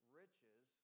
riches